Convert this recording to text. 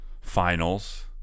finals